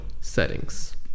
settings